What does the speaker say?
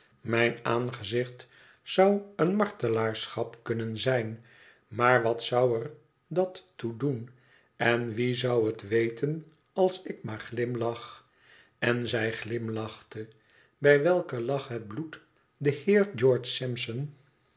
mijn aangezicht zou een martelaarschap kunnen zijn maar wat zou er dat toe doen en wie zou het weten als ik maar glimlach n zij glimlachte bij welken lach het bloed den